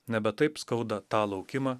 nebe taip skauda tą laukimą